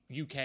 UK